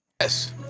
Yes